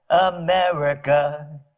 America